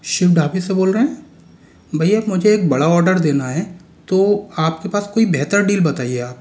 शिव ढाबे से बोल रहे हैं भैया एक मुझे एक बड़ा ऑर्डर देना है तो आपके पास कोई बेहतर डील बताइए आप